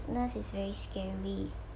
nurse is very scary